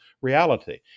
reality